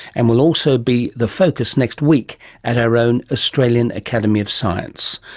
and will also be the focus next week at our own australian academy of science.